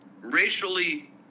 racially